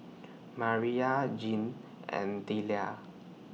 Mariyah Jeane and Delia